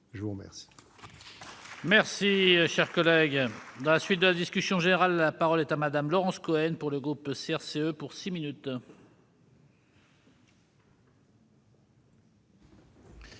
à vous remercier